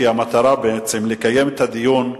כי המטרה היא בעצם לקיים את הדיון,